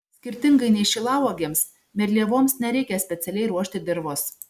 skirtingai nei šilauogėms medlievoms nereikia specialiai ruošti dirvos